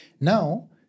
Now